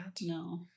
no